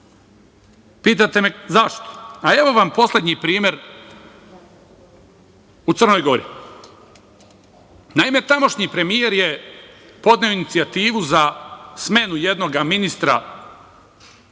Pitate me zašto? Pa, evo vam poslednji primer u Crnoj Gori. Naime, tamošnji premijer je podneo inicijativu za smenu jednoga ministra